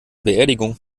beerdigung